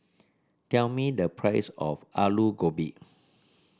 tell me the price of Aloo Gobi